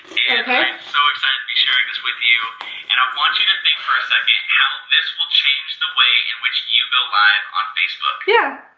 and i'm so excited to be sharing this with you. and i want you to think for a second, how this will change the way in which you go live on facebook. yeah.